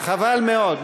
חבל מאוד.